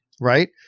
right